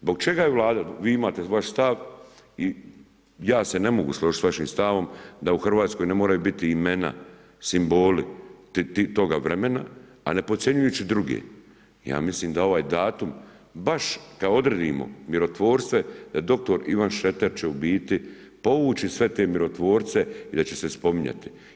Zbog čega je Vlada, vi imate vaš stav i ja se ne mogu složit s vašim stavom da u Hrvatskoj ne moraju biti imena simboli toga vremena, a ne podcjenjujući druge, ja mislim da ovaj datum baš kad odredimo mirotvorstvo dr. Ivan Šreter će u biti povući sve te mirotvorce i da će se spominjati.